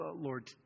Lord